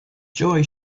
joy